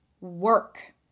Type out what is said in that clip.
work